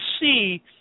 see